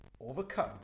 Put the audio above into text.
overcome